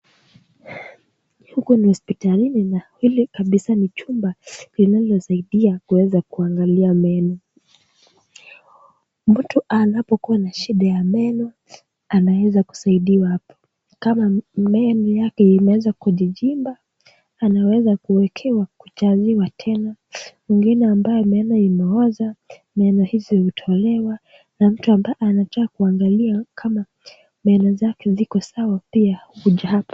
Huku ni hospitalini na hili kabisa ni chumba linalosaidia kuangalia meno. Mtu anapokuwa na shida ya meno, anaweza kusaidiwa hapa, kama meno yake yameanza kujichimba, anaweza kuekewa kujaziwa tena. Mwingine ambaye meno inuoza, meno hizi hutolewa, na mtu ambaye anajua kuangali kama meno zake ziko sawa pia huja hapa.